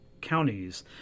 counties